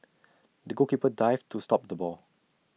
the goalkeeper dived to stop the ball